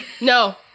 No